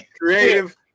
creative